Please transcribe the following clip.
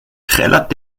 trällert